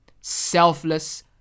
selfless